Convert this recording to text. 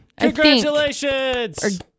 Congratulations